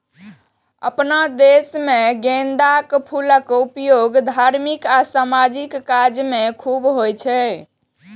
अपना देश मे गेंदाक फूलक उपयोग धार्मिक आ सामाजिक काज मे खूब होइ छै